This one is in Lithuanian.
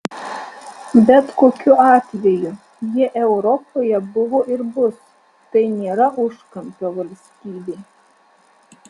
bet kokiu atveju jie europoje buvo ir bus tai nėra užkampio valstybė